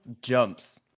jumps